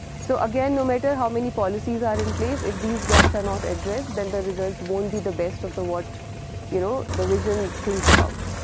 so, again no matter how many policies are in place if these gaps are not address then the results won't be the best of the what you know the vision things about.